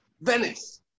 Venice